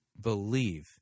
believe